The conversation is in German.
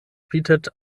bietet